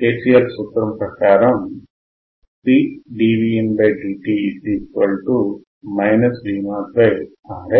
KCL సూత్రం ప్రకారం cdVindt V0RF